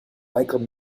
michael